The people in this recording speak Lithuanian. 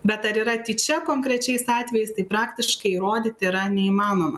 bet ar yra tyčia konkrečiais atvejais tai praktiškai įrodyti yra neįmanoma